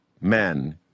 men